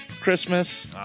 christmas